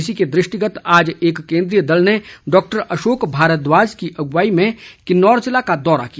इसी के दृष्टिगत आज एक केंद्रीय दल ने डॉक्टर अशोक भारद्वाज की अगुवाई में किन्नौर जिला का दौरा किया